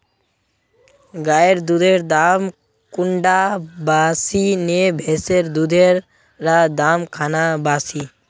गायेर दुधेर दाम कुंडा बासी ने भैंसेर दुधेर र दाम खान बासी?